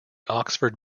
oxford